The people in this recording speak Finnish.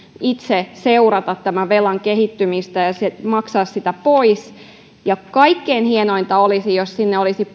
itse seurata velan kehittymistä ja maksaa sitä pois kaikkein hienointa olisi jos sinne olisi